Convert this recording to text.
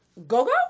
Go-go